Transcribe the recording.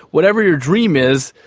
whatever your dream is,